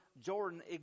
Jordan